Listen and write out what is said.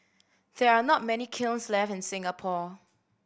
there are not many kilns left in Singapore